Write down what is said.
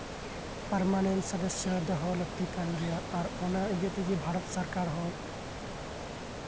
permanent ᱥᱚᱫᱚᱥᱥᱚ ᱫᱚᱦᱚ ᱞᱟᱠᱛᱤ ᱠᱟᱱ ᱜᱮᱭᱟ ᱟᱨ ᱚᱱᱟ ᱤᱭᱟᱹᱛᱮᱜᱮ ᱵᱷᱟᱨᱚᱛ ᱥᱚᱨᱠᱟᱨ ᱦᱚᱸ